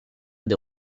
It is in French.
des